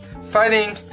fighting